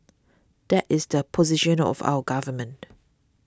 that is the position of our government